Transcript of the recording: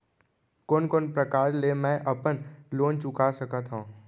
कोन कोन प्रकार ले मैं अपन लोन चुका सकत हँव?